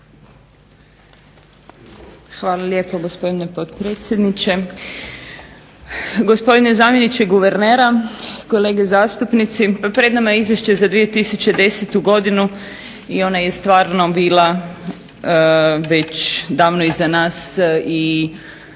Hvala lijepo, gospodine potpredsjedniče. Gospodine zamjeniče guvernera, kolege zastupnici. Pred nama je izvješće za 2010. godinu i ona je stvarno bila već davno iza nas i